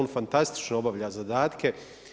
On fantastično obavlja zadatke.